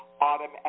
autumn